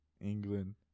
England